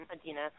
Adina